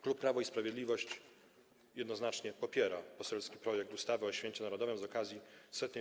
Klub Prawo i Sprawiedliwość jednoznacznie popiera poselski projekt ustawy o Święcie Narodowym z okazji 100.